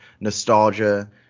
nostalgia